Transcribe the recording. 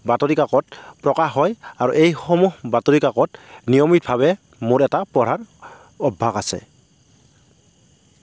বাতৰি কাকত প্ৰকাশ হয় আৰু এইসমূহ বাতৰি কাকত নিয়মিতভাৱে মোৰ এটা পঢ়াৰ অভ্যাস আছে